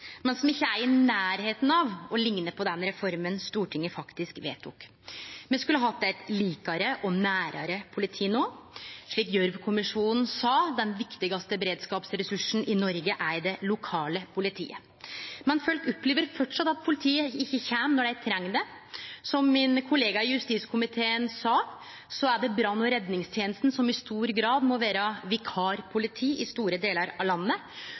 i nærleiken av å likne på den reforma Stortinget faktisk vedtok. Me skulle hatt eit likare og nærare politi no – Gjørv-kommisjonen sa at den viktigaste beredskapsressursen i Noreg er det lokale politiet. Folk opplever framleis at politiet ikkje kjem når dei treng det. Som min kollega i justiskomiteen sa, er det brann- og redningstenesta som i stor grad må vere vikarpoliti i store delar av landet.